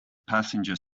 passenger